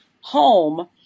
home